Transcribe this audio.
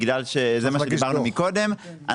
זה מה שדיברנו מקודם,